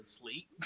Sleep